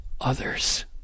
others